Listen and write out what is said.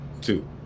Two